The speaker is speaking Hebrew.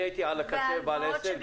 כי הייתי בעל עסק על הקצה,